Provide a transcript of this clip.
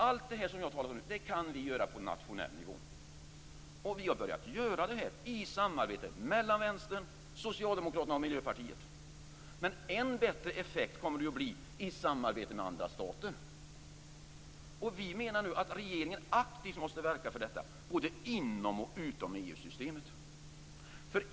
Allt det jag har talat om nu kan vi göra på nationell nivå. Vi har börjat göra det i samarbetet mellan Vänstern, Socialdemokraterna och Miljöpartiet. Men en än bättre effekt kommer det att bli i samarbete med andra stater. Vi menar nu att regeringen aktivt måste verka för detta både inom och utom EU-systemet.